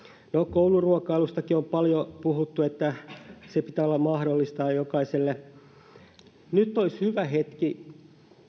kouluruokailustakin on paljon puhuttu että sen pitää olla mahdollista jokaiselle nyt olisi hyvä hetki